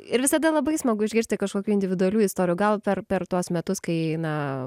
ir visada labai smagu išgirsti kažkokių individualių istorijų gal per per tuos metus kai na